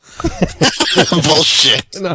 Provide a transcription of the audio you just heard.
bullshit